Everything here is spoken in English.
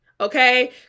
okay